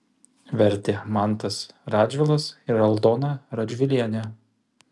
vertė mantas radžvilas ir aldona radžvilienė